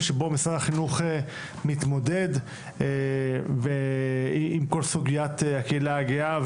שבו משרד החינוך מתמודד עם כל סוגיית הקהילה הגאה.